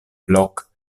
blok